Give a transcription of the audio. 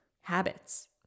habits